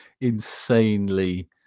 insanely